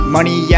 Money